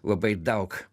labai daug